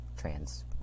trans